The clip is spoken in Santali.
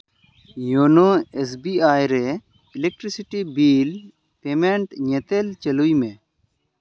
ᱤᱭᱱᱳ ᱮᱥ ᱵᱤ ᱟᱭ ᱨᱮ ᱤᱞᱮᱠᱴᱨᱤᱠᱥᱤᱴᱤ ᱵᱤᱞ ᱯᱮᱢᱮᱱᱴ ᱧᱮᱛᱮᱞ ᱪᱟᱹᱞᱩᱭ ᱢᱮ